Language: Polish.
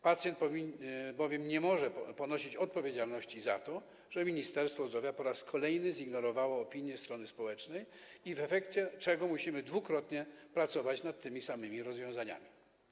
Pacjent bowiem nie może ponosić odpowiedzialności za to, że Ministerstwo Zdrowia po raz kolejny zignorowało opinię strony społecznej, w efekcie czego musimy dwukrotnie pracować nad tymi samymi rozwiązaniami.